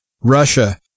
Russia